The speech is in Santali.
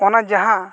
ᱚᱱᱟ ᱡᱟᱦᱟᱸ